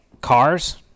cars